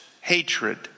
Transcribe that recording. hatred